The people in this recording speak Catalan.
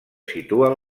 situen